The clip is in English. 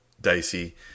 dicey